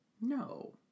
No